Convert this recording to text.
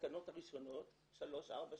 בתקנות הראשונות, 3-4 שנים,